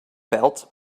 belt